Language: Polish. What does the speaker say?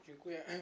Dziękuję.